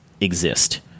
exist